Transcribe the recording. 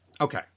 Okay